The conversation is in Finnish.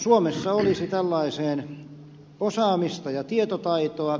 suomessa olisi tällaiseen osaamista ja tietotaitoa